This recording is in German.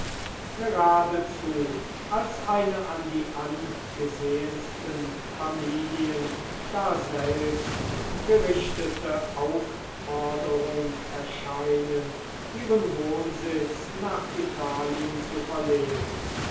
geradezu als eine an die angesehensten familien daselbst gerichtete aufforderung erscheinen ihren wohnsitz nach italien zu verlegen